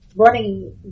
running